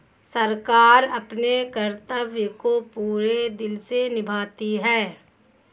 सरकार अपने कर्तव्य को पूरे दिल से निभाती है